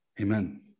Amen